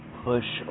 push